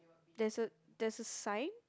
that's a that's a sign